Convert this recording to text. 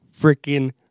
freaking